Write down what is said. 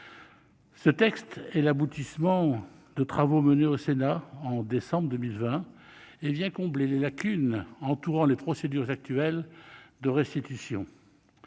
Ce texte est l'aboutissement des travaux menés au Sénat en décembre 2020. Il vient combler les lacunes entourant les procédures actuelles de restitution.